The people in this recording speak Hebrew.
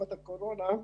תקופת הקורונה,